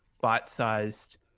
bite-sized